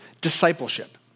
discipleship